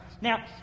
Now